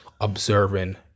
observing